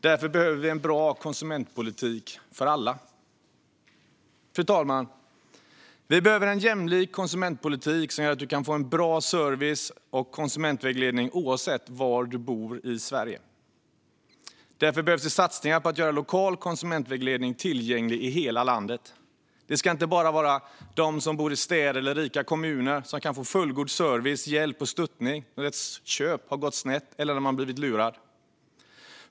Därför behöver vi en bra konsumentpolitik för alla. Fru talman! Vi behöver en jämlik konsumentpolitik som gör att man kan få en bra service och konsumentvägledning oavsett var i Sverige man bor. Därför behövs det satsningar på att göra lokal konsumentvägledning tillgänglig i hela landet. Det ska inte bara vara de som bor i städer eller i rika kommuner som kan få fullgod service, hjälp och stöttning när ett köp har gått snett eller när man har blivit lurad.